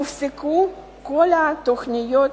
הופסקו כל התוכניות